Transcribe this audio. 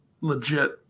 legit